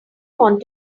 want